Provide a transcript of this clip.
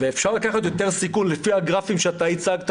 ואפשר לקחת יותר סיכון לפי הגרפים שהצגת,